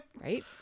right